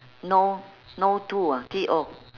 no no to ah T O